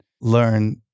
learn